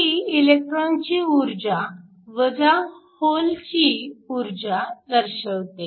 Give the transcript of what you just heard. ही इलेक्ट्रॉनची ऊर्जा वजा होलची ऊर्जा दर्शवते